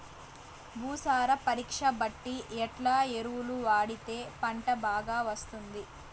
భూసార పరీక్ష బట్టి ఎట్లా ఎరువులు వాడితే పంట బాగా వస్తుంది?